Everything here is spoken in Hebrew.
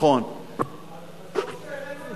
אז טוב שהעלינו את הנימוקים האלה.